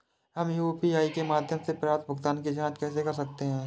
हम यू.पी.आई के माध्यम से प्राप्त भुगतान की जॉंच कैसे कर सकते हैं?